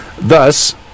Thus